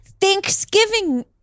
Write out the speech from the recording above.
thanksgiving